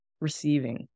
receiving